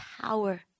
power